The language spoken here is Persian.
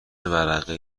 ورقه